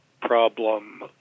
problem